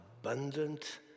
abundant